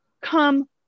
come